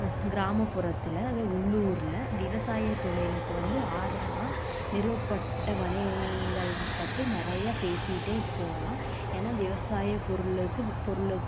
கிராமப்புறத்தில் அது உள்ளூரில் விவசாயத் தொழிலுக்கு வந்து ஆதரவாக நிறுவப்பட்ட வணிகங்கள் வ பற்றி நிறையா பேசிகிட்டே போகலாம் ஏன்னா விவசாயப் பொருளுக்கு வு பொருளுக்